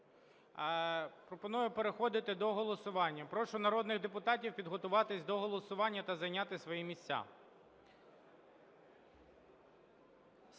Пропоную переходити до голосування. Прошу народних депутатів підготуватись до голосування та зайняти свої місця.